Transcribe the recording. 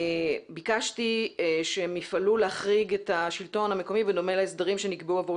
ביקשתי שהם יפעלו להחריג את השלטון המקומי בדומה להסדרים שנקבעו עבור